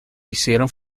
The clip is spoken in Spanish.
hicieron